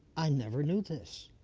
i never knew this